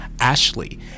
Ashley